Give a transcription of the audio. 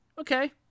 okay